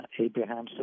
Abraham